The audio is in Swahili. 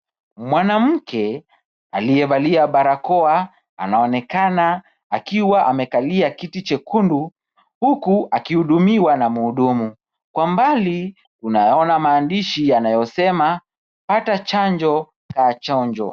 Mwanamke aliyevalia barakoa anaonekana akiwa amekalia kiti chekundu huku akihudumiwa na mhudumu. Kwa mbali, tunaona maandishi yanayosema: "Pata chanjo, kaa chonjo."